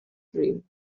dream